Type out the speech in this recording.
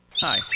Hi